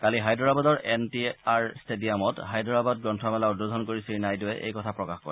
কালি হায়দৰাবাদৰ N T R ষ্টেডিয়ামত হায়দৰাবাদ গ্ৰন্থমেলা উদ্বোধন কৰি শ্ৰীনাইডুৱে এই কথা প্ৰকাশ কৰে